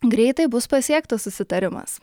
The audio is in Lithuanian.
greitai bus pasiektas susitarimas